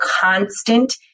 constant